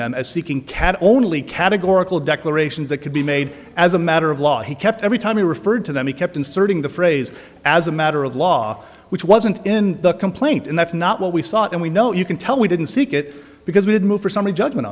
them as seeking cad only categorical declarations that could be made as a matter of law he kept every time he referred to them he kept inserting the phrase as a matter of law which wasn't in the complaint and that's not what we saw and we know you can tell we didn't seek it because we would move for summary judgment